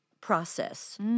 process